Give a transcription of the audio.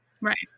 right